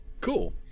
Cool